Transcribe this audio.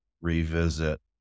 revisit